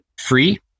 free